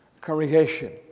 Congregation